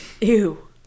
ew